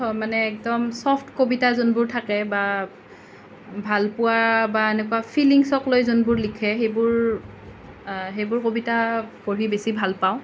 মানে একদম চফ্ট কবিতা যোনবোৰ থাকে বা ভালপোৱা বা এনেকুৱা ফিলিংচক লৈ যোনবোৰ লিখে সেইবোৰ সেইবোৰ কবিতা পঢ়ি বেছি ভাল পাওঁ